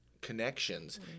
connections